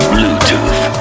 Bluetooth